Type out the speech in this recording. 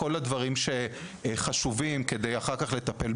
כל הדברים החשובים כדי לטפל,